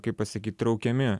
kai pasakyt traukiami